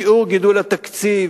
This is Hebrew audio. שיעור גידול התקציב,